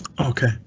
Okay